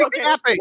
happy